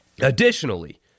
Additionally